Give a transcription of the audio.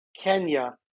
Kenya